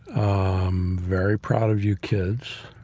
um very proud of you kids.